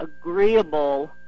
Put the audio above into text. agreeable